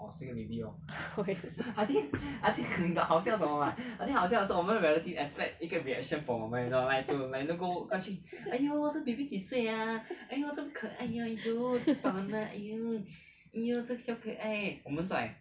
我也是